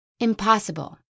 impossible